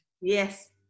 Yes